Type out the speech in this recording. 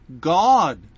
God